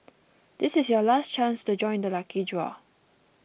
this is your last chance to join the lucky draw